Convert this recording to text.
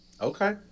Okay